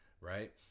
right